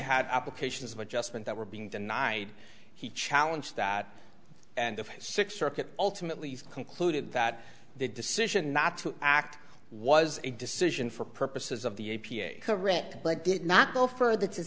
had applications of adjustment that were being denied he challenge that and the six circuit ultimately concluded that the decision not to act was a decision for purposes of the a p a correct but did not go further to